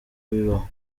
bibaho